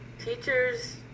Teachers